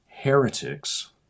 heretics